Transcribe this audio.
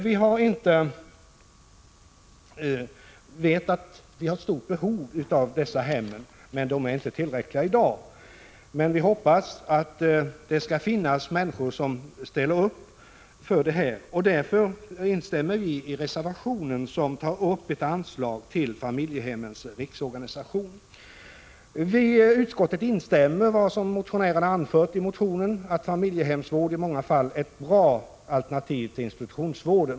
Vi har ett stort behov av dessa hem, men antalet platser i dag är inte tillräckligt stort. Vi hoppas att det skall finnas människor som ställer upp för detta. Därför har vi anslutit oss till reservation 4, i vilken sägs att regeringen bör överväga möjligheterna till statligt stöd till Familjehemmens riksförbund. Utskottet instämmer i det som motionärerna har anfört i motionen, nämligen att familjehemsvård i många fall är ett bra alternativ till institutionsvård.